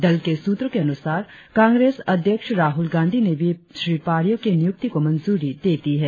दल के सूत्रो के अनुसार कांग्रेस अध्यक्ष राहुल गांधी ने श्री पारियो के नियुक्ति को मंजूरी दे दी है